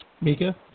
Mika